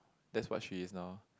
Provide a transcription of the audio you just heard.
that's what she is now